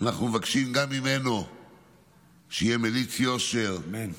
אנחנו מבקשים גם ממנו שיהא מליץ יושר, אמן.